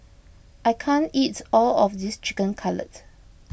I can't eats all of this Chicken Cutlet